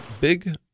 Big